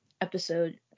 episode